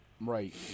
Right